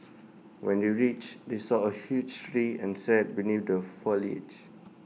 when they reached they saw A huge tree and sat beneath the foliage